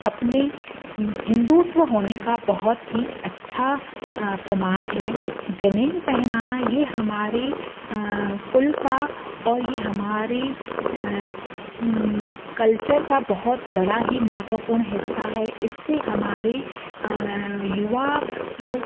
अपने हिन्दुत्व होने का बहुत ही अच्छा प्रमाण है जनेऊ पहनाना ये हमारे कुल का और ये हमारी कल्चर का बहुत बड़ा ही महत्वपूर्ण हिस्सा है इससे हमारे युवा लोग